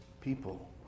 people